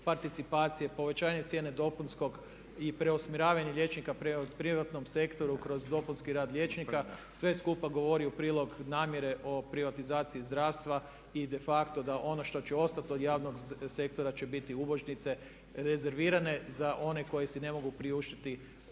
participacije, povećanje cijene dopunskog i preusmjeravanje liječnika prema privatnom sektoru kroz dopunski rad liječnika sve skupa govori u prilog namjere o privatizaciji zdravstva i de facto da ono što će ostati od javnog sektora će biti ubožnice rezervirane za one koji si ne mogu priuštiti